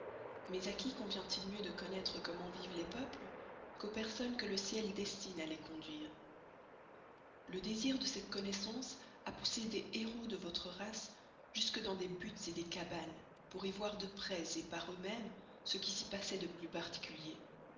mais à qui convient-il mieux de connoître comment vivent les peuples qu'aux personnes que le ciel destine à les conduire le desir de cette connoissance a poussé des heros même des heros de vostre race jusque dans des huttes des cabanes pour y voir de prés par eux-mêmes ce qui s'y passoit de plus particulier